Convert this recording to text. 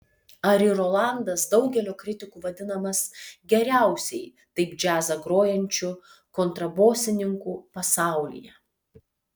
ari rolandas daugelio kritikų vadinamas geriausiai taip džiazą grojančiu kontrabosininku pasaulyje